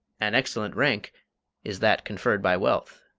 an excellent rank is that conferred by wealth,